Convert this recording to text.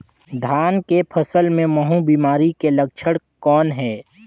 धान के फसल मे महू बिमारी के लक्षण कौन हे?